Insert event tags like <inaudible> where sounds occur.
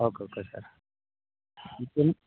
okay okay sir <unintelligible>